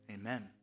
amen